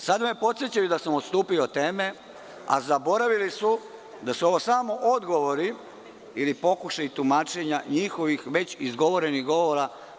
Sada me podsećaju da sam odstupio od teme, a zaboravili su da su ovo samo odgovori ili pokušaji tumačenja njihovih već izgovorenih govora.